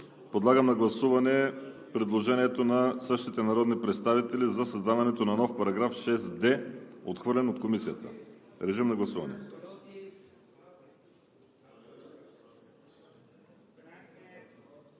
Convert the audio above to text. Подлагам на гласуване предложението на същите народни представители за създаването на нов § 6г, отхвърлен от Комисията. Гласували